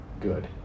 good